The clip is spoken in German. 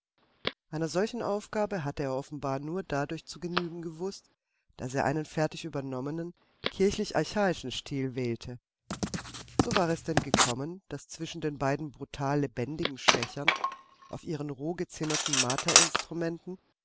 einer solchen aufgabe hatte er offenbar nur dadurch zu genügen gewußt daß er einen fertig übernommenen kirchlich archaistischen stil wählte so war es denn gekommen daß zwischen den beiden brutal lebendigen schächern auf ihren roh gezimmerten